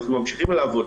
אנחנו ממשיכים לעבוד,